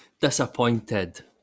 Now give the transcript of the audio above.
Disappointed